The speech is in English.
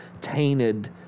tainted